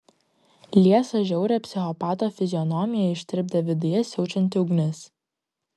liesą žiaurią psichopato fizionomiją ištirpdė viduje siaučianti ugnis